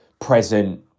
present